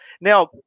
Now